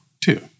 Two